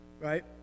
Right